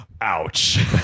Ouch